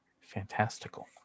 fantastical